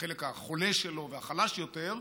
בחלק החולה שלו והחלש יותר,